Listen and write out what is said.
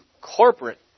corporate